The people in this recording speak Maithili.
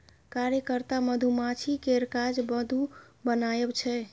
कार्यकर्ता मधुमाछी केर काज मधु बनाएब छै